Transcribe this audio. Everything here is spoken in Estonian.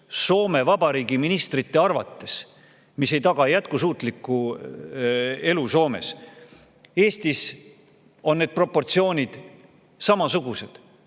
Soome Vabariigi ministrite arvates, mis ei taga jätkusuutlikku elu Soomes. Eestis on need proportsioonid samasugused.